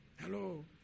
Hello